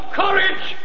courage